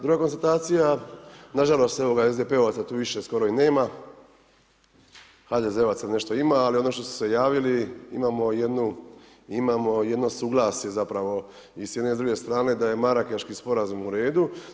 Druga konstatacija, nažalost, evo, SDP-ovaca tu sada skoro ni nema, HDZ-ovaca nešto i ima, ali ono što su se javili, imamo jedno suglasje, zapravo i s jedne i s druge strane, da je Marrakeschki sporazum u redu.